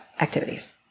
activities